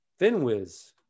finwiz